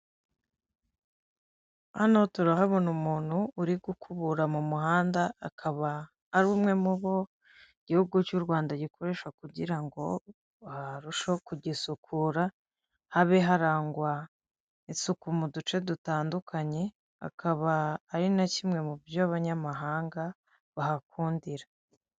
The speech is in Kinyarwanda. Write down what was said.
Hano turahabona umuntu uri gukubura mu muhanda, akaba ari umwe mu bo igihugu cy 'u Rwanda gikoresha kugira ngo barusheho kugisukura. Habe harangwa isuku mu duce dutandukanye, akaba ari na kimwe mu byo abanyamahanga bo bahungukira.